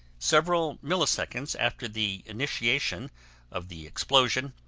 several milliseconds after the initiation of the explosion,